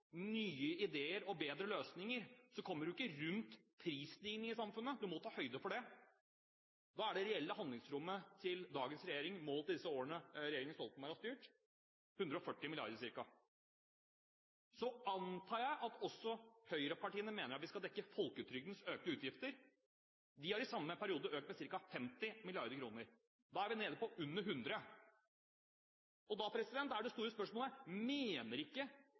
nye idéer og bedre løsninger, kommer du ikke utenom prisstigningen i samfunnet. Du må ta høyde for det. Da er det reelle handlingsrommet til dagens regjering – målt i disse årene regjeringene Stoltenberg har styrt – ca. 140 mrd. kr. Så antar jeg at også høyrepartiene mener at vi skal dekke folketrygdens økte utgifter. De har i samme periode økt med ca. 50 mrd. kr. Da er vi nede på under 100 mrd. Og da er det store spørsmålet: Mener ikke